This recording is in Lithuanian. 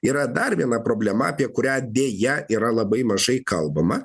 yra dar viena problema apie kurią deja yra labai mažai kalbama